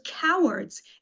cowards